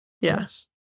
Yes